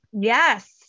Yes